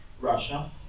Russia